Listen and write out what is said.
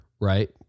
right